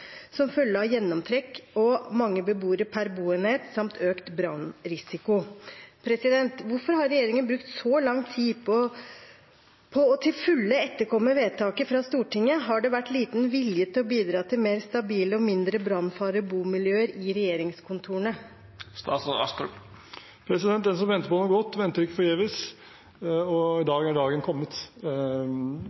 som følge av gjennomtrekk, mange beboere per boenhet samt økt brannrisiko. Hvorfor har regjeringen brukt så lang tid på til fulle å etterkomme vedtaket fra Stortinget? Har det vært liten vilje i regjeringskontorene til å bidra til mer stabile og mindre brannfarlige bomiljøer? Den som venter på noe godt, venter ikke forgjeves, og i dag er dagen kommet.